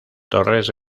torres